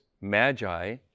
magi